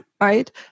right